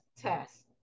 test